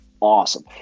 awesome